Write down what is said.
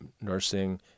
nursing